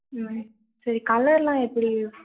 ம் சரி கலர்லாம் எப்படி